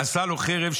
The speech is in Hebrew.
עשה לו חרב,